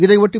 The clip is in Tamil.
இதையொட்டி